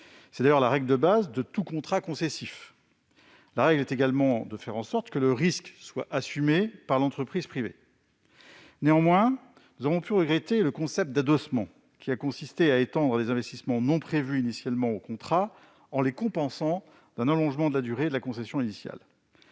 c'est d'ailleurs la règle de base de tout contrat concessif. La règle est également de faire en sorte que le risque soit assumé par l'entreprise privée. Néanmoins, nous avons pu regretter la pratique de l'adossement, qui a consisté à ajouter des investissements non prévus initialement au contrat, en les compensant par un allongement de la durée de la concession initiale.